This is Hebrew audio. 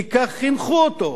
כי כך חינכו אותו,